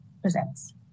presents